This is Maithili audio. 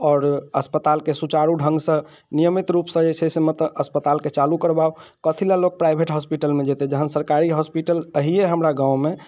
आओर अस्पतालके सुचारू ढङ्गसँ नियमित रूपसँ जे छै से मतलब अस्पतालके चालू करबाउ कथी लऽ लोग प्राइवेट होस्पिटलमे जयतै जखन सरकारी होस्पिटल अहिए हमरा गाँवमे